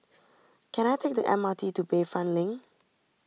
can I take the M R T to Bayfront Link